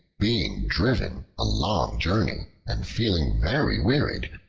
being driven a long journey, and feeling very wearied,